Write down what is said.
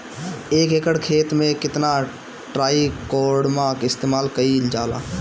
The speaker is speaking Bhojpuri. एक एकड़ खेत में कितना ट्राइकोडर्मा इस्तेमाल कईल जाला?